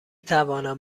توانم